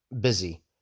busy